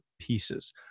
pieces